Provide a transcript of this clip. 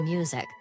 music